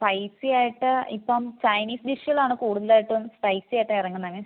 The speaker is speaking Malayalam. സ്പൈസിയാട്ട് ഇപ്പം ചൈനീസ് ഡിഷുകളാണ് കൂടുതലായിട്ടും സ്പൈസി ആയിട്ട് ഇറങ്ങുന്നത് മാം